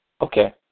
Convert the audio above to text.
Okay